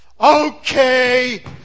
Okay